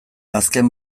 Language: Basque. azken